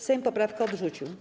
Sejm poprawkę odrzucił.